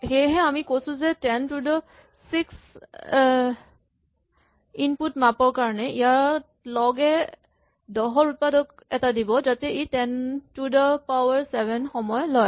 সেয়েহে আমি কৈছো যে ten to the six input মাপৰ কাৰণে ইয়াত লগ এ দহৰ উৎপাদক এটা দিব যাতে ই ten to the power seven সময় লয়